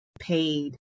paid